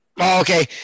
Okay